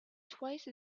twice